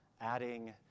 adding